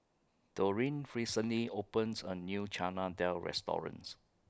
Dorine recently opens A New Chana Dal restaurants